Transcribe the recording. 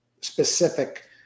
specific